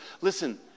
listen